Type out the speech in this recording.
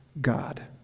God